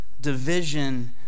division